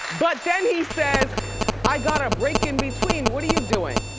but then he says i got a break in between, what are you doing?